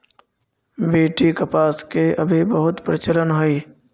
BT कपास के अभी बहुत प्रचलन हई